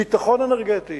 ביטחון אנרגטי,